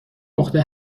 نقطه